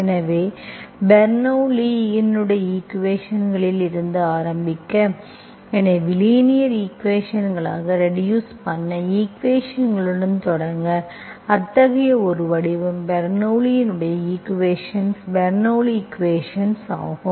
எனவே பெர்னோள்ளி இன் ஈக்குவேஷன் ல்லிருந்து ஆரம்பிக்க எனவே லீனியர் ஈக்குவேஷன்களாகக் ரெடியூஸ் பண்ண ஈக்குவேஷன்களுடன் தொடங்க அத்தகைய ஒரு வடிவம் பெர்னோள்ளி இன் ஈக்குவேஷன் பெர்னோள்ளி ஈக்குவேஷன் ஆகும்